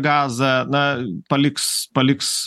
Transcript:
gazą na paliks paliks